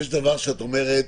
את אומרת,